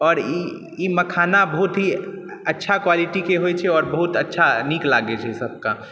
आओर ई मखाना बहुत ही अच्छा क्वालिटीके होइ छै आओर बहुत अच्छा नीक लागै छै सबकऽ